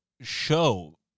show